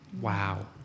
Wow